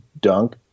dunk